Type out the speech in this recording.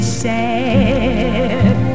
sad